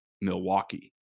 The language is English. Milwaukee